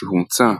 שהומצא,